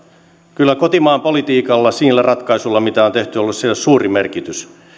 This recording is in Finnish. kyllä kotimaan politiikalla niillä ratkaisuilla mitä on tehty on ollut sille suuri merkitys